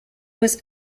was